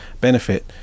benefit